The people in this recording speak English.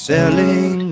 Selling